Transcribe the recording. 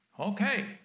okay